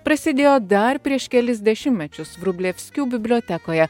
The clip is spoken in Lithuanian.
prasidėjo dar prieš kelis dešimtmečius vrublevskių bibliotekoje